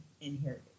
inherited